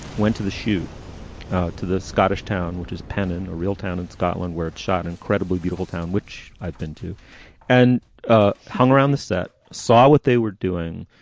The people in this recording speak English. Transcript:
went to the shoot to the scottish town, which is penan, a real town in scotland where it shot incredibly beautiful town, which i've been to and ah hung around the set, saw what they were doing,